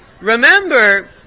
remember